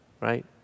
Right